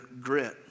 grit